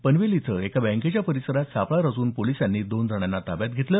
पनवेल इथं एका बँकेच्या परिसरात सापळा रचून पोलिसांनी दोन जणांना ताब्यात घेतलं